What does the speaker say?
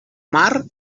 mar